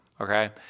Okay